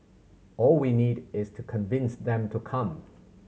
all we need is to convince them to come